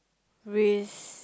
raise